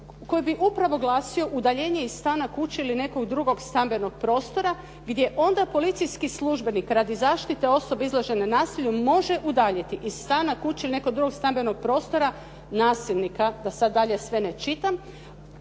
koji bi upravo glasio: “Udaljenje iz stana, kuće ili nekog drugog stambenog prostora gdje onda policijski službenik radi zaštite osobe izložene nasilju može udaljiti iz stana, kuće ili nekog drugog stambenog prostora nasilnika“ da sad dalje sve ne čitam.